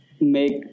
make